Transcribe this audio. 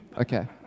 Okay